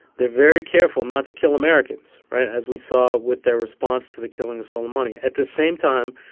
they're very careful not to kill americans right? as we saw with their response to the killing of soleimani. at the same time,